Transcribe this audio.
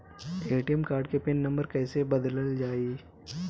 ATM card के pin number कईसे बदलल जाई?